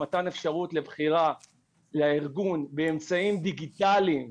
מתן אפשרות לבחירה לארגון באמצעים דיגיטליים,